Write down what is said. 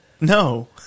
No